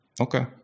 Okay